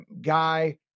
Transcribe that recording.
guy